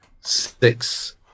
six